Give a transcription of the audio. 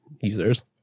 users